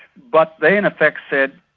but they in effect said,